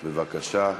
בבקשה.